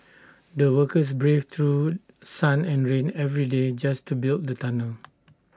the workers braved through sun and rain every day just to build the tunnel